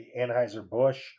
Anheuser-Busch